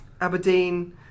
Aberdeen